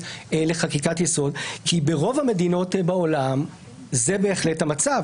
לחקיקת יסוד כי ברוב המדינות בעולם זה בהחלט המצב.